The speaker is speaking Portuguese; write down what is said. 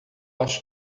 acho